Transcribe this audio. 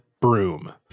broom